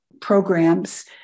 programs